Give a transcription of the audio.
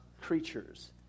Creatures